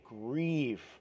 grieve